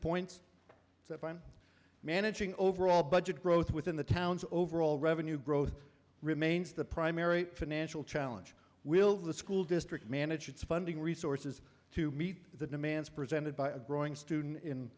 points so if i'm managing overall budget growth within the town's overall revenue growth remains the primary financial challenge will the school district manage its funding resources to meet the demands presented by a growing student in